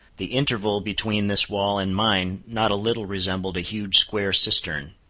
the interval between this wall and mine not a little resembled a huge square cistern.